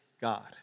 God